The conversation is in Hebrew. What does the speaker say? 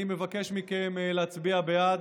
אני מבקש מכם להצביע בעד.